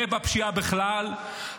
ובפשיעה בכלל,